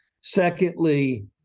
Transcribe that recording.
Secondly